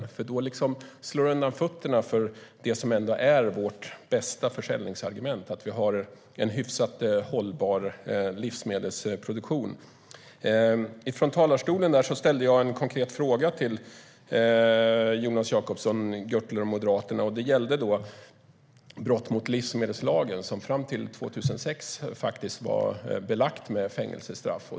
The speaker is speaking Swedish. I det senare fallet slår man nämligen undan fötterna för det som ändå är vårt bästa försäljningsargument: att vi har en hyfsat hållbar livsmedelsproduktion. Uppe i talarstolen ställde jag en konkret fråga till Jonas Jacobsson Gjörtler och Moderaterna om brott mot livsmedelslagen, vilket fram till 2006 var belagt med fängelsestraff.